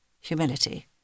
humility